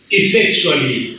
effectually